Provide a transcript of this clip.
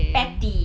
petty